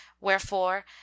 Wherefore